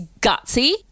gutsy